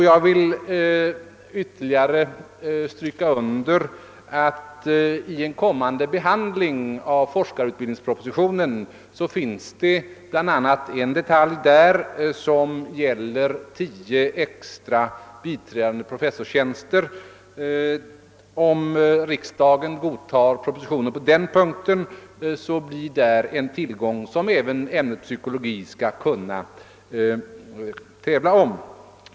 Jag vill ytterligare stryka under att det i forskarutbildningspropositionen, som senare skall behandlas, finns en detalj som gäller tio extra tjänster som biträdande professor. Om riksdagen godtar propositionen på den punkten, får vi där en tillgång som även ämnet psykologi kan tävla om.